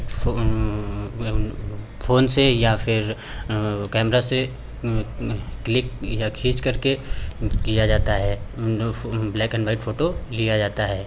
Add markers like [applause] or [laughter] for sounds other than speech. phone से या फिर कैमरा से क्लिक या खींचकर के किया जाता है [unintelligible] ब्लैक एन व्हाइट फ़ोटो लिया जाता है